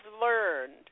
learned